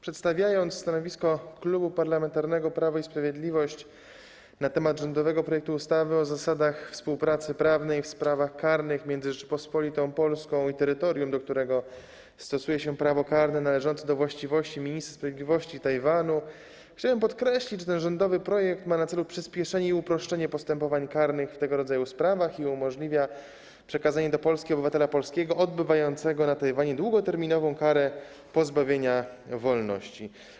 Przedstawiając stanowisko Klubu Parlamentarnego Prawo i Sprawiedliwość na temat rządowego projektu ustawy o zasadach współpracy prawnej w sprawach karnych między Rzecząpospolitą Polską i terytorium, do którego stosuje się prawo karne należące do właściwości Ministra Sprawiedliwości Tajwanu, chciałbym podkreślić, że ten rządowy projekt ma na celu przyspieszenie i uproszczenie postępowań karnych w tego rodzaju sprawach i umożliwia przekazanie do Polski obywatela polskiego odbywającego na Tajwanie długoterminową karę pozbawienia wolności.